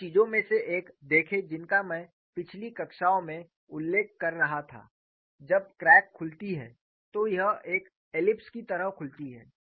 उन चीजों में से एक देखें जिनका मैं पिछली कक्षाओं में उल्लेख कर रहा था जब क्रैक खुलती है तो यह एक एलिप्स की तरह खुलती है